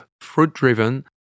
fruit-driven